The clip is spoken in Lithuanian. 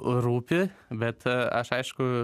rūpi bet aš aišku